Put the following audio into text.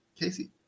Casey